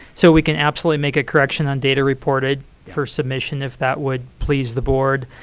so we can absolutely make a correction on data reported for submission, if that would please the board.